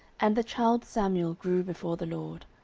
and the child samuel grew before the lord.